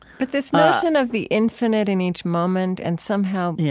but this notion of the infinite in each moment and somehow, yeah